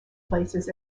places